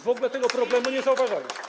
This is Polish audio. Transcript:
W ogóle tego problemu nie zauważaliście.